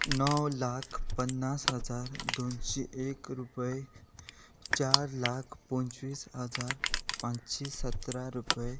पन्नास हजार दोनशी एक रुपय चार लाख पंचवीस हजार पांचशी सतरा रुपय